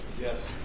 Yes